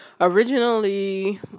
originally